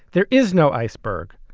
there is no iceberg,